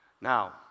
Now